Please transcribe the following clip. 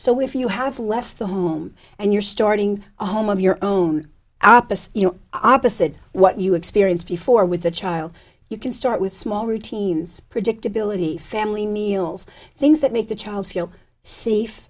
so if you have left the home and you're starting a home of your own opposite you know opposite what you experienced before with the child you can start with small routines predictability family meals things that make the child feel safe